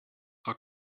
our